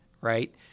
right